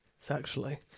Sexually